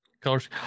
colors